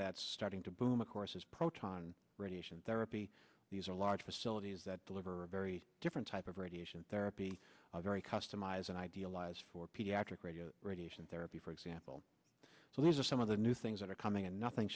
that's starting to boom of course is proton radiation therapy these are large facilities that deliver a very different type of radiation therapy very customized and idealize for pediatric radio radiation therapy for example so these are some of the new things that are coming and nothing